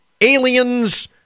aliens